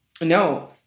No